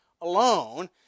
alone